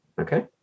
Okay